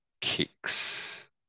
kicks